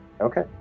Okay